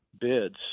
bids